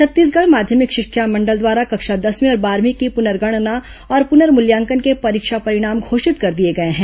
छत्तीसगढ़ माध्यमिक शिक्षा मंडल द्वारा कक्षा दसवीं और बारहवीं की प्रनर्गणना और प्रनर्मल्यांकन के परीक्षा परिणाम घोषित कर दिए गए हैं